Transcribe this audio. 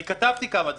אני כתבתי כמה דברים.